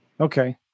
Okay